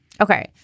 Okay